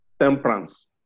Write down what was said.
temperance